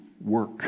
work